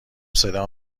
صدا